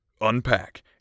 unpack